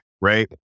right